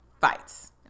fights